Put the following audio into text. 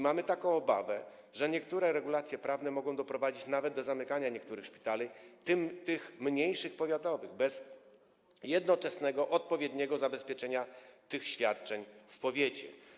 Mamy taką obawę, że niektóre regulacje prawne mogą doprowadzić nawet do zamykania niektórych szpitali, tych mniejszych, powiatowych, bez jednoczesnego, odpowiedniego zabezpieczenia tych świadczeń w powiecie.